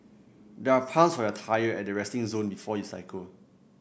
there are pumps for your tyre at the resting zone before you cycle